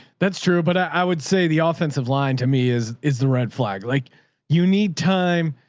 that's true. but i would say the offensive line to me is, is the red flag. like you need time.